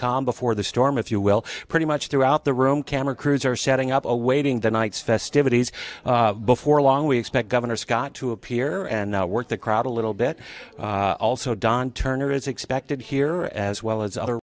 calm before the storm if you will pretty much throughout the room camera crews are setting up awaiting the night's festivities before long we expect governor scott to appear and now work the crowd a little bit also don turner is expected here as well as other